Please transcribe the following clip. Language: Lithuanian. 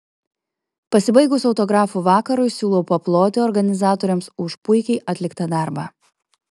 pasibaigus autografų vakarui siūlau paploti organizatoriams už puikiai atliktą darbą